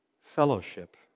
fellowship